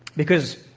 because,